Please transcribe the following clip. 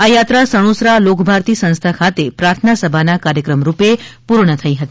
આ યાત્રા સણોસરા લોકભારતી સંસ્થા ખાતે પ્રાર્થનાસભાના કાર્યક્રમરૂપે પૂર્ણ થઇ હતી